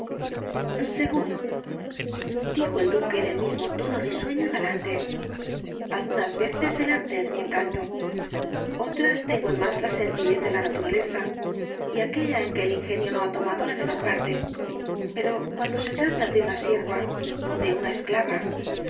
franqueza segúndijo el duque en el mismo tono risueño y galante algunas veces el arte es mi encanto otras tengo en más la sencillez de la naturaleza y aquella en que el ingenio no ha tomado la menor parte pero cuando se trata de una sierva de una esclava oh